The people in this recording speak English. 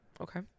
okay